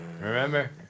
Remember